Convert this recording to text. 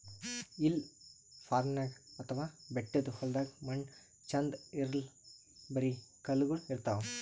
hill farming ಅಥವಾ ಬೆಟ್ಟದ್ ಹೊಲ್ದಾಗ ಮಣ್ಣ್ ಛಂದ್ ಇರಲ್ಲ್ ಬರಿ ಕಲ್ಲಗೋಳ್ ಇರ್ತವ್